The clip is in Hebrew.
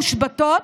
מושבתות,